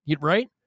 right